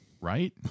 Right